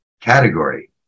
category